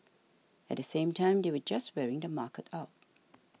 at the same time they were just wearing the market out